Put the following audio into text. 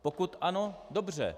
Pokud ano, dobře.